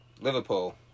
Liverpool